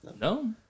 no